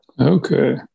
okay